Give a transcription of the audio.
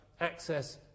access